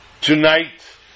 Tonight